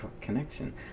connection